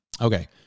Okay